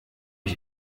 ich